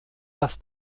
dass